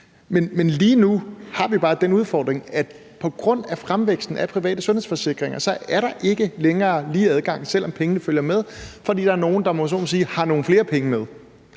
Men lige nu har vi bare den udfordring, at på grund af fremvæksten af private sundhedsforsikringer er der ikke længere lige adgang, selv om pengene følger med, fordi der er nogen, der, om jeg så må sige, har nogle flere penge med,